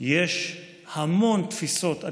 יש המון תפיסות.